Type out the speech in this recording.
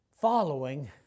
following